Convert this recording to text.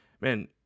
man